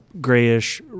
grayish